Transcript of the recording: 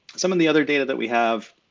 some of the other data that we have,